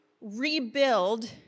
rebuild